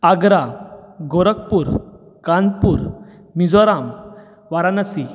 Agra Gorakhpur Kanpur Mizoram Varanasi